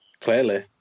Clearly